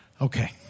Okay